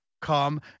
come